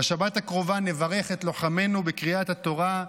בשבת הקרובה נברך את לוחמינו בקריאת התורה: